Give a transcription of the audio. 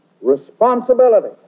responsibility